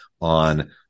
on